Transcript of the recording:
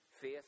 faith